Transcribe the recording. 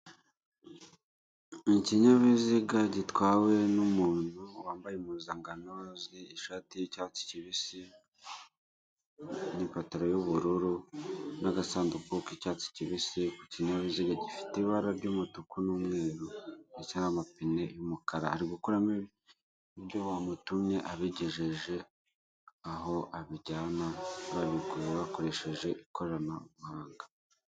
Ikinyabiziga gitwawe n'umuntu wambaye impuzangano ishati y'icyatsi kibisi, n'ipantaro y'ubururu, n'agasanduku k'icyatsi kibisi, ku kinyabiziga gifite ibara ry'umutuku n'umweru ndetse n'amapine y'umukara. Ari gukuramo ibyo bamutumye abigejeje aho abijyana babigura bakoresheje ikoranabuhanga